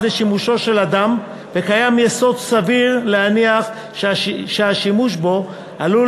לשימושו של אדם וקיים יסוד סביר להניח שהשימוש בו עלול